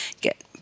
get